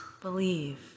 Believe